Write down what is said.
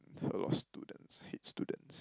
a lot of students hate students